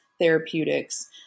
therapeutics